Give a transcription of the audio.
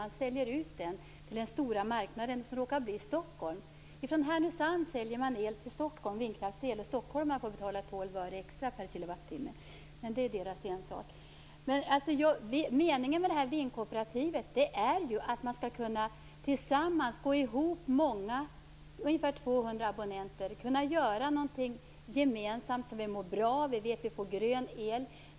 I stället säljs elen till den stora marknaden, som råkar vara Stockholm. Man säljer från Härnösand vindkraftsel till Stockholm, och stockholmarna får då betala 12 öre extra per kilowattimme - men det är deras ensak. Meningen med det här vindkooperativet är att många abonnenter, ungefär 200, skall kunna göra någonting gemensamt som de mår bra av. Vi får grön el.